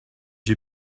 you